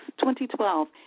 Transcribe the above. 2012